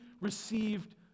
received